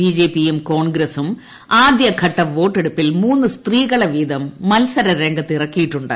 ബിജെപിയും കോൺഗ്രസും ആദ്യഘട്ട വോട്ടെടുപ്പിൽ മൂന്ന് സ്ത്രീകളെ വീതം മത്സരരംഗത്ത് ഇറക്കിയിട്ടുണ്ട്